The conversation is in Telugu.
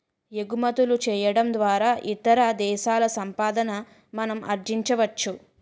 ఎగుమతులు చేయడం ద్వారా ఇతర దేశాల సంపాదన మనం ఆర్జించవచ్చు